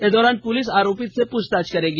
इस दौरान पुलिस आरोपित से पूछताछ करेगी